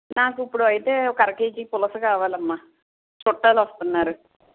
నాకు ఇప్పుడు అయితే ఒక అర కేజీ పులస కావాలమ్మ చుట్టాలొస్తున్నారు